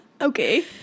Okay